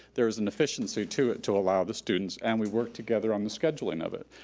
there's an efficiency to it to allow the students, and we've worked together on the scheduling of it.